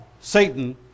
Satan